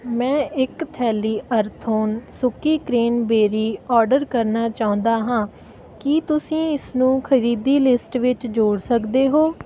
ਮੈਂ ਇੱਕ ਥੈਲੀ ਅਰਥੋਨ ਸੁੱਕੀ ਕ੍ਰੈਂਨਬੇਰੀ ਓਰਡਰ ਕਰਨਾ ਚਾਹੁੰਦਾ ਹਾਂ ਕੀ ਤੁਸੀਂ ਇਸਨੂੰ ਖਰੀਦੀ ਲਿਸਟ ਵਿੱਚ ਜੋੜ ਸਕਦੇ ਹੋ